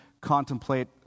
contemplate